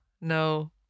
No